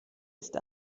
ist